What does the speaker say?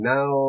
Now